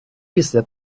після